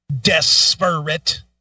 Desperate